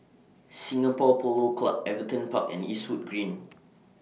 Singapore Polo Club Everton Park and Eastwood Green